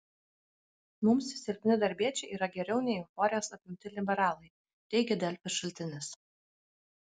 mums silpni darbiečiai yra geriau nei euforijos apimti liberalai teigė delfi šaltinis